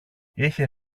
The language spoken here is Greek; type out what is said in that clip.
είχε